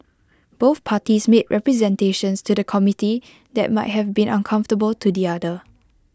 both parties made representations to the committee that might have been uncomfortable to the other